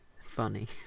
Funny